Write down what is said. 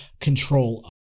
control